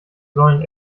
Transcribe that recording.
sollen